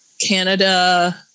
Canada